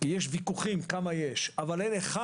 יש ויכוחים על מספר האתרים, אבל אין אחד